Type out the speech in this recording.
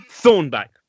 Thornback